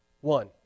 One